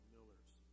Millers